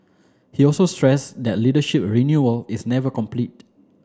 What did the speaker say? he also stressed that leadership renewal is never complete